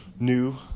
new